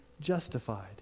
justified